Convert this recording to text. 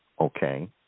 okay